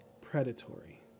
predatory